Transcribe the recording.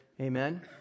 Amen